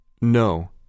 No